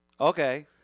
Okay